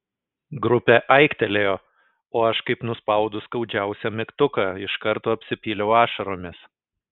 grupė aiktelėjo o aš kaip nuspaudus skaudžiausią mygtuką iš karto apsipyliau ašaromis